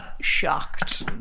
shocked